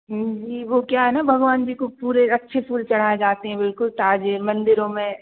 जी वह क्या है ना भगवान जी को पूरे अच्छे फूल चढ़ाए जाते हैं बिल्कुल ताज़े मंदिरों में